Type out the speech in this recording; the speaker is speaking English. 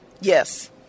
yes